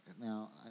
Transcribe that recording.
Now